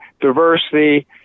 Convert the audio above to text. diversity